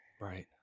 Right